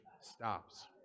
stops